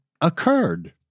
occurred